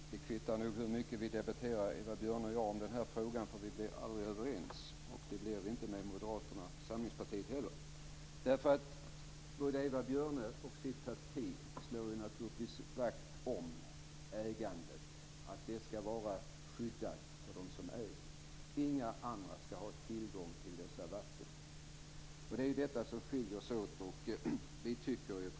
Fru talman! Det kvittar nog hur mycket Eva Björne och jag debatterar den här frågan. Vi blir aldrig överens, och det blir vi inte med Moderata samlingspartiet heller. Eva Björne och hennes parti slår ju naturligtvis vakt om ägandet och att det skall vara skyddat för dem som äger. Inga andra skall ha tillgång till dessa vatten. Det är detta som skiljer oss åt.